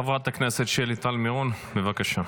חברת הכנסת שלי טל מירון, בבקשה.